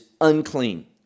unclean